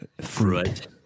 fruit